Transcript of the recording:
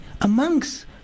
Amongst